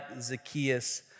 Zacchaeus